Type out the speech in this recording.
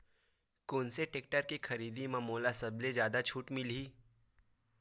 कोन से टेक्टर के खरीदी म मोला सबले जादा छुट मिलही?